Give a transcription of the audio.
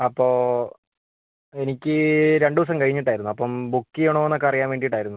അപ്പോൾ എനിക്ക് രണ്ട് ദിവസം കഴിഞ്ഞിട്ട് ആയിരുന്നു അപ്പം ബുക്ക് ചെയ്യണോ എന്ന് ഒക്കെ അറിയാൻ വേണ്ടിയിട്ട് ആയിരുന്നു